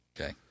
Okay